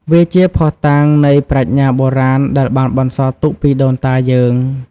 វាជាភស្តុតាងនៃប្រាជ្ញាបុរាណដែលបានបន្សល់ទុកពីដូនតាយើង។